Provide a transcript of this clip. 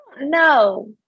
No